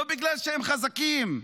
לא בגלל שהם חזקים.